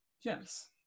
Yes